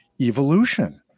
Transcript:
evolution